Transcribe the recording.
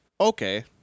okay